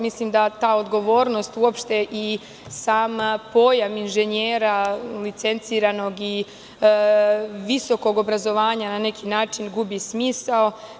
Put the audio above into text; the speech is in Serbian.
Mislim da ta odgovornost i sam pojam inženjera licenciranog i visokog obrazovanja na neki način gubi smisao.